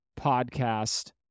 podcast